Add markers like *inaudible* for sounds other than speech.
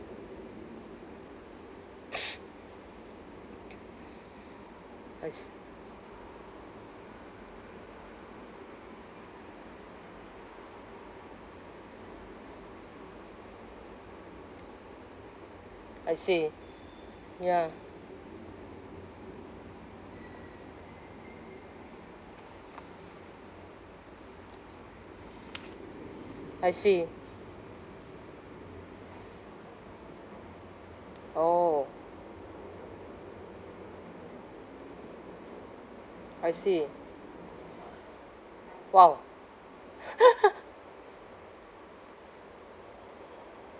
*noise* I s~ I see ya I see orh I see !wow! *laughs*